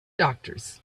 doctors